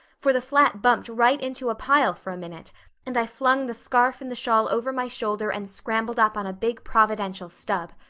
for the flat bumped right into a pile for a minute and i flung the scarf and the shawl over my shoulder and scrambled up on a big providential stub.